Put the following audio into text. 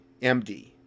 md